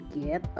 get